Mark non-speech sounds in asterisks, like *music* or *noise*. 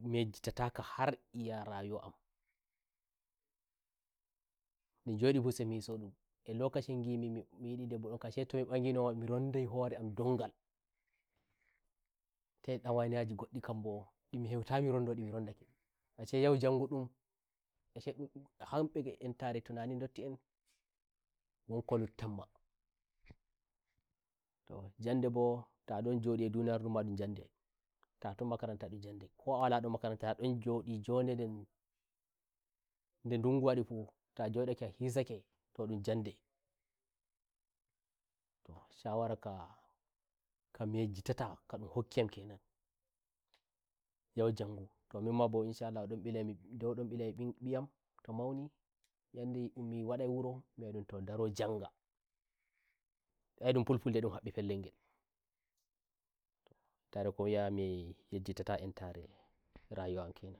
mi yejjitata ka ha iya rayuwa ammi jodi mbo sai mi hiso ndumlokaci mbimi mi nyidi debbo on kamashe to mi mbagi nomomiron ndai hore am dongal *hesitation* ndawai niyaji ngoddi kam mbondimi heutayi mi ron ndo ndi mironda keashe yau njangu ndumashe hambe e tunani ndotti enwon ko luttan mato njande mbo ta ndon njodi a duniyaru ndun ma ndun njondeto ton makaranta ndun njan ndeko a wala ndon makaranta a ndonnjodi njode nden *hesitation* nde ndungu wadi futa njodake a hisaketo ndum njandeto shawara ka *hesitation* ka mi yejjita taka ndun hokkiyam kenanyau njanguto min ma mbo insha allahu ndon ndau ndo mbilai mi mbiyamto mauninyande ummi wadai wuromi wi'a ndum to daro njangaai ndun fulfulde ndun habbi pellel ngeltoh tare ko wi'ami yejjita ta entare rayuwa am kenan